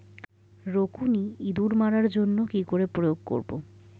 রুকুনি ইঁদুর মারার জন্য কি করে প্রয়োগ করব?